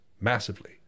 massively